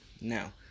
Now